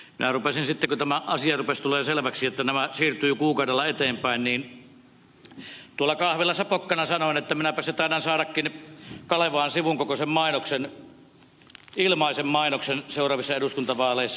minä rupesin sitten kun tämä asia rupesi tulemaan selväksi että nämä siirtyvät kuukaudella eteenpäin tuolla kahvilassa pokkana sanomaan että minäpä se taidankin saada kalevaan sivun kokoisen ilmaisen mainoksen seuraavissa eduskuntavaaleissa